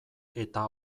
eta